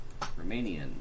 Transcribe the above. Romanian